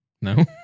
No